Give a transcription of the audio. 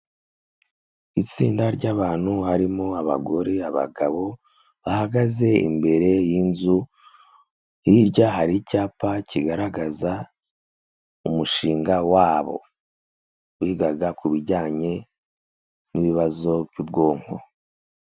Itsinda ry'abantu harimo abagore, abagabo bahagaze imbere y'inzu, hirya hari icyapa kigaragaza umushinga wabo wigaga ku bijyanye n'ibibazo by'ubwonko.